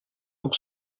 pour